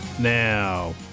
Now